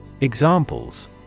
Examples